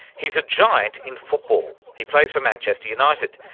he's a giant in football. he plays for manchester united.